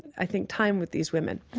i think, time with these women,